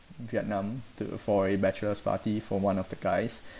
vietnam to for a bachelor's party for one of the guys